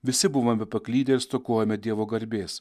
visi buvome paklydę ir stokojame dievo garbės